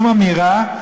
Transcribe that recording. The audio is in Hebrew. שום אמירה,